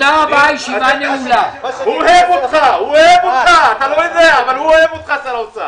הישיבה ננעלה בשעה